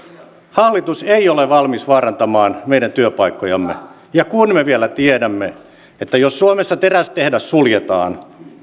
hallitus ei ole valmis vaarantamaan meidän työpaikkojamme kun me vielä tiedämme että jos suomessa terästehdas suljetaan